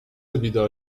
بیدار